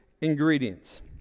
ingredients